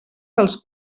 dels